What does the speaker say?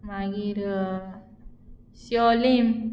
मागीर शिवोली